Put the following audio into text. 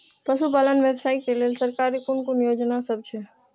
पशु पालन व्यवसाय के लेल सरकारी कुन कुन योजना सब छै?